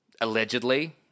allegedly